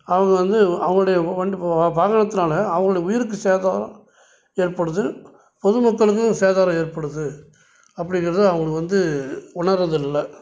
அவங்க வந்து அவங்களுடைய வண்டி வா வாகனத்துனால் அவங்களுக்கு உயிருக்குச் சேதம் ஏற்படுது பொதுமக்களுக்கும் சேதாரம் ஏற்படுது அப்படிங்கிறத அவங்க வந்து உணர்றதில்லை